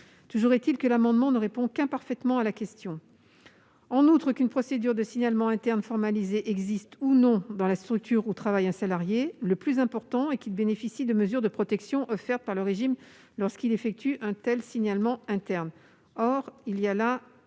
Toujours est-il que l'amendement ne répond qu'imparfaitement à la question. En outre, qu'une procédure de signalement interne formalisée existe ou non dans la structure où travaille un salarié, le plus important est que celui-ci bénéficie des mesures de protection offertes par le régime lorsqu'il effectue un tel signalement interne. Or il n'y a là